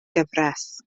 gyfres